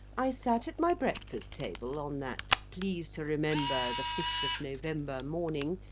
i sat at my breakfast table on that please to remember the fifth of november morning,